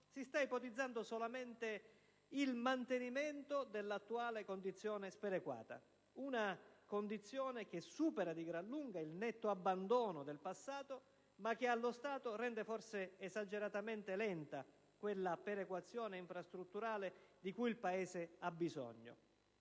si sta ipotizzando solamente il mantenimento dell'attuale condizione sperequata. Una condizione che supera di gran lunga il netto abbandono del passato, ma che, allo stato, rende forse esageratamente lenta quella perequazione infrastrutturale di cui il Paese ha bisogno,